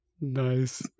Nice